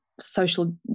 social